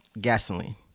gasoline